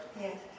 Yes